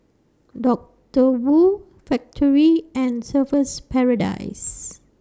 Doctor Wu Factorie and Surfer's Paradise